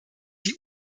die